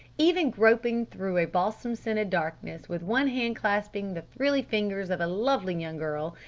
even groping through a balsam-scented darkness with one hand clasping the thrilly fingers of a lovely young girl,